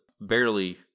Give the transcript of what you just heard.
barely